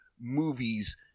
movies